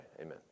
Amen